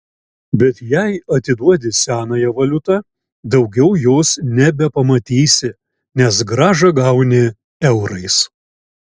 bet jei atiduodi senąją valiutą daugiau jos nebepamatysi nes grąžą gauni eurais